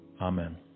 Amen